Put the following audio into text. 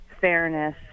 fairness